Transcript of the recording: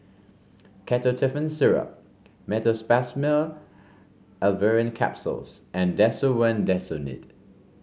Ketotifen Syrup Meteospasmyl Alverine Capsules and Desowen Desonide